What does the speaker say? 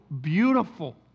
beautiful